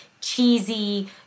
cheesy